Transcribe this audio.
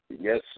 Yes